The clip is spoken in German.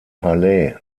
palais